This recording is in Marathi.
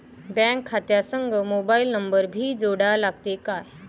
बँक खात्या संग मोबाईल नंबर भी जोडा लागते काय?